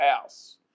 house